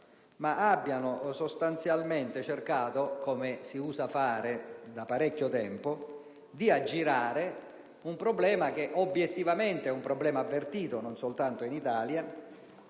ma sostanzialmente cercato, come si usa fare da parecchio tempo, di aggirare un problema che, obiettivamente, è avvertito non soltanto in Italia